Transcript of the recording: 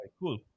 Cool